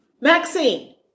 Maxine